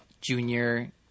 junior –